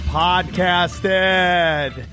podcasted